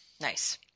nice